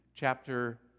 chapter